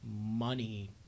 money